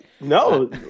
no